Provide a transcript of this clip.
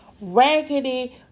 raggedy